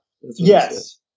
Yes